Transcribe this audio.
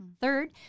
Third